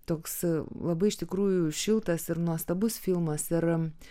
toks labai iš tikrųjų šiltas ir nuostabus filmas ir